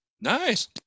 Nice